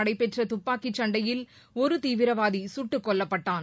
நடைபெற்ற துப்பாக்கிச் சண்டையில் ஒரு தீவிரவாதி குட்டுக் கொல்லப்பட்டான்